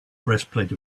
breastplate